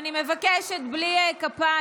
אני מבקשת בלי כפיים.